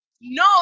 no